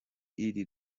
iri